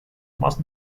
must